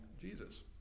Jesus